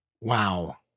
Wow